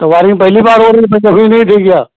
तो वाईरींग पहली बार हो रही है कभी नहीं थी क्या